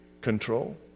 control